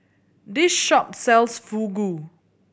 this shop sells Fugu